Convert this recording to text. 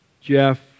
Jeff